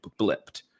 blipped